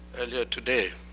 earlier today.